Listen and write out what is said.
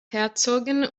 herzogin